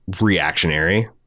reactionary